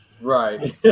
Right